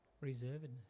reservedness